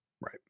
Right